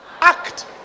act